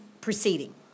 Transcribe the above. proceeding